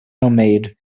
homemade